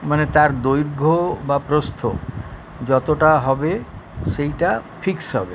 মানে তার দৈর্ঘ্য বা প্রস্থ যতটা হবে সেটা ফিক্স হবে